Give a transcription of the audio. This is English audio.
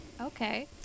okay